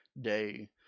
day